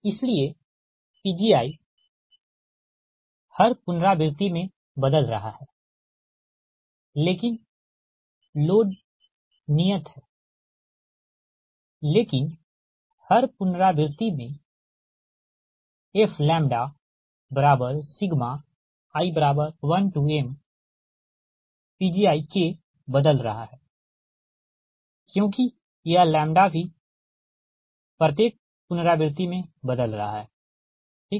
इसलिए Pgi प्रत्येक पुनरावृति में बदल रहा है लेकिन लोड नियत है लेकिन प्रत्येक पुनरावृति में fi1mPgiK बदल रहा है क्योंकि यह भी प्रत्येक पुनरावृति में बदल रहा है ठीक